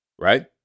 right